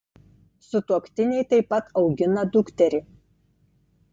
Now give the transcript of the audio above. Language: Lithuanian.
sutuoktiniai taip pat augina dukterį